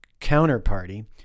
counterparty